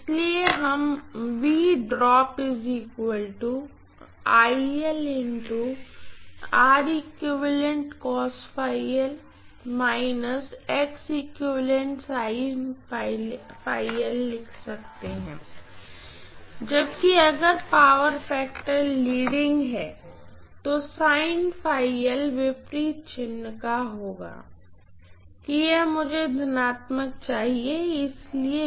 इसलिए हम लिख सकते हैं जबकि अगर पावर फैक्टर लीडिंग है तो विपरीत चिन्ह का होगा कि मुझे यह धनात्मक चाहिए इसलिए